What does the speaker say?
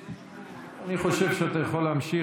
אני חושב שאתה יכול להמשיך.